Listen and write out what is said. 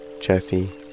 Jesse